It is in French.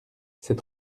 c’est